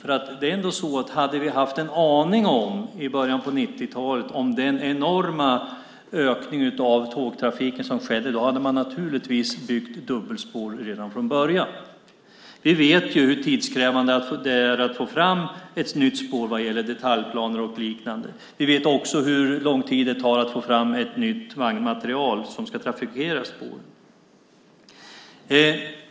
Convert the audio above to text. Om vi i början av 1990-talet hade haft en aning om den enorma ökning av tågtrafiken som skedde hade man naturligtvis byggt dubbelspår redan från början. Vi vet hur tidskrävande det är att få fram ett nytt spår vad gäller detaljplaner och liknande. Vi vet också hur lång tid det tar att få fram nytt vagnmaterial som ska trafikera spåren.